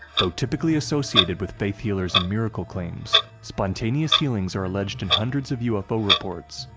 though typically associated with faith healers and miracle claims, spontaneous healings are alleged in hundreds of ufo reports,